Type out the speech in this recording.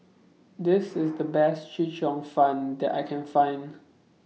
This IS The Best Chee Cheong Fun that I Can Find